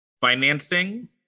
Financing